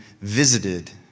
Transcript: visited